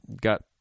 got